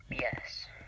yes